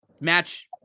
Match